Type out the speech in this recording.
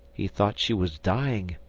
he thought she was dying,